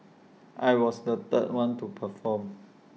I was the third one to perform